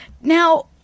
now